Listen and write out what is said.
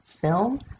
film